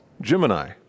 Gemini